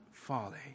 folly